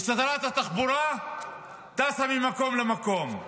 ושרת התחבורה טסה ממקום למקום,